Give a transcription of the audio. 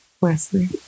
Wesley